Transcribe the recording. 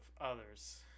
others